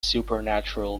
supernatural